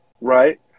right